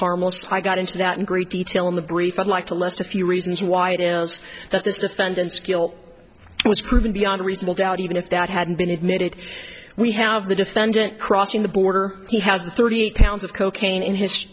harmless i got into that in great detail in the brief i'd like to lest a few reasons why it is that this defendant skill was proven beyond reasonable doubt even if that hadn't been admitted we have the defendant crossing the border he has the thirty eight pounds of cocaine in his